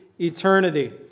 eternity